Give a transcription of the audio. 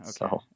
Okay